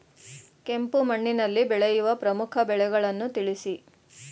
ಕೆಂಪು ಮಣ್ಣಿನಲ್ಲಿ ಬೆಳೆಯುವ ಪ್ರಮುಖ ಬೆಳೆಗಳನ್ನು ತಿಳಿಸಿ?